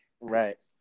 Right